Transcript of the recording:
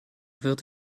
wird